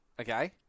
okay